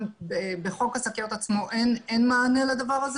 בחוק השקיות עצמו אין מענה לדבר הזה